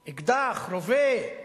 אקדח, רובה,